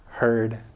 heard